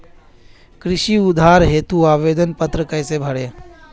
कृषि उधार हेतु आवेदन पत्र कैसे भरें?